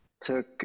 took